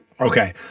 Okay